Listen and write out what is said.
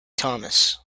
thomas